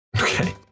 Okay